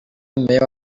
meya